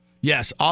Yes